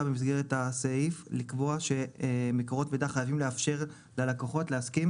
במסגרת הסעיף לקבוע שמקורות מידע חייבים לאפשר ללקוחות להסכים